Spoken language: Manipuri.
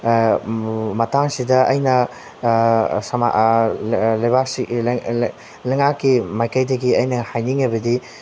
ꯃꯇꯥꯡꯁꯤꯗ ꯑꯩꯅ ꯂꯩꯉꯥꯛꯀꯤ ꯃꯥꯏꯀꯩꯗꯒꯤ ꯑꯩꯅ ꯍꯥꯏꯅꯤꯡꯏꯕꯗꯤ